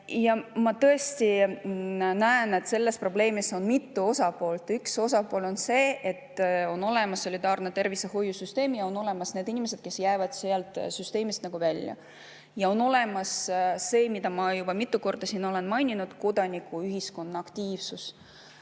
Ja ma tõesti näen, et selles probleemis on mitu osapoolt. Üks osapool on see, et on olemas solidaarne tervishoiusüsteem ja on olemas need inimesed, kes jäävad sealt süsteemist välja. Ja on olemas see, mida ma olen siin juba mitu korda maininud, nimelt kodanikuühiskonna aktiivsus.